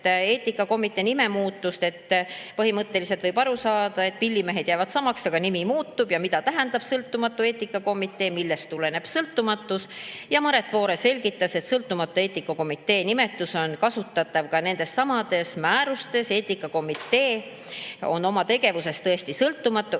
eetikakomitee nimemuutust. Põhimõtteliselt võib aru saada, et pillimehed jäävad samaks, aga nimi muutub. Mida tähendab sõltumatu eetikakomitee, millest tuleneb sõltumatus? Maret Voore selgitas, et sõltumatu eetikakomitee nimetus on kasutatav ka nendessamades määrustes. Eetikakomitee on oma tegevuses tõesti sõltumatu.